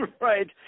Right